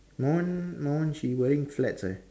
my one my one she wearing flats leh